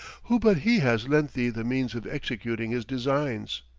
who but he has lent thee the means of executing his designs?